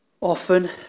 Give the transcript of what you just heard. Often